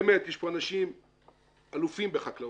באמת יש פה אנשים אלופים בחקלאות.